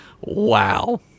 Wow